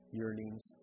yearnings